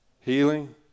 healing